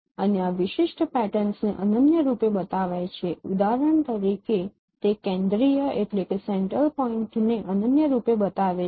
અને આ વિશિષ્ટ પેટર્નને અનન્ય રૂપે બતાવાય છે ઉદાહરણ તરીકે તે કેન્દ્રિય પોઈન્ટને અનન્ય રૂપે બતાવે છે